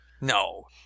No